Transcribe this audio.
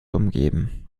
umgeben